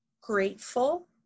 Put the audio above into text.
grateful